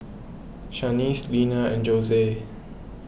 Shaniece Leala and Jose